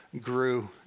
grew